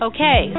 Okay